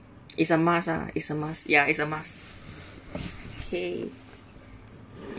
is a must ah is a must ya is a must okay